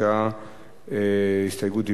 הסתייגות דיבור,